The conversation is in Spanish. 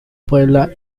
puebla